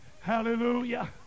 Hallelujah